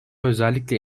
özellikle